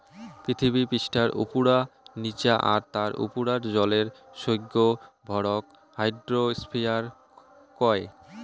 পিথীবি পিষ্ঠার উপুরা, নিচা আর তার উপুরার জলের সৌগ ভরক হাইড্রোস্ফিয়ার কয়